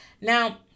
now